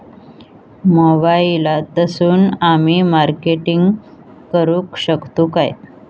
मोबाईलातसून आमी मार्केटिंग करूक शकतू काय?